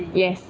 yes